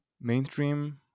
mainstream